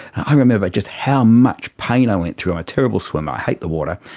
i remember just how much pain i went through, i'm a terrible swimmer, i hate the water,